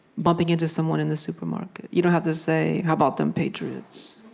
bumping into someone in the supermarket. you don't have to say, how about them patriots?